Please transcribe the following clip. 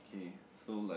kay so like